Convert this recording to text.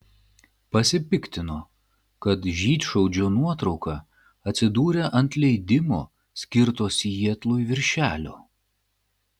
pasipiktino kad žydšaudžio nuotrauka atsidūrė ant leidimo skirto sietlui viršelio